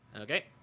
Okay